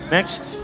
Next